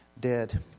dead